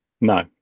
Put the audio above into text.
No